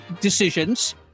decisions